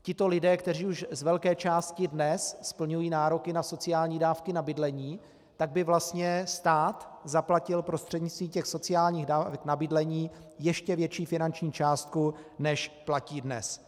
Tito lidé, kteří už z velké části dnes splňují nároky na sociální dávky na bydlení, tak těm by vlastně stát zaplatil prostřednictvím sociálních dávek na bydlení ještě větší finanční částku, než platí dnes.